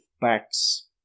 packs